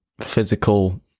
physical